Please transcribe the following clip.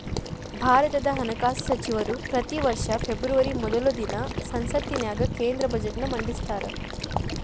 ಭಾರತದ ಹಣಕಾಸ ಸಚಿವರ ಪ್ರತಿ ವರ್ಷ ಫೆಬ್ರವರಿ ಮೊದಲ ದಿನ ಸಂಸತ್ತಿನ್ಯಾಗ ಕೇಂದ್ರ ಬಜೆಟ್ನ ಮಂಡಿಸ್ತಾರ